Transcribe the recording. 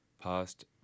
past